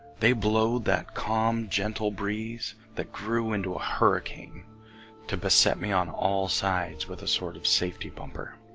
they blow that calm gentle breeze that grew into a hurricane to beset me on all sides with a sort of safety bumper